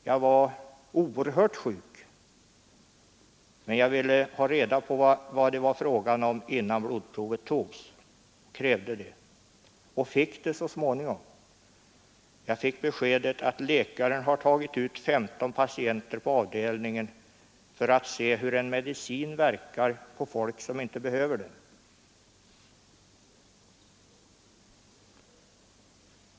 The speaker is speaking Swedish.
Jag var oerhört sjuk, men jag ville ha reda på vad det var frågan om, innan blodprovet togs. Jag fick så småningom beskedet att överläkaren hade tagit ut 15 patienter på avdelningen för att se hur en medicin verkade på människor som inte behövde den.